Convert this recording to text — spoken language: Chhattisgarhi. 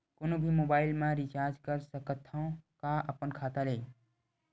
कोनो भी मोबाइल मा रिचार्ज कर सकथव का अपन खाता ले?